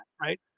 right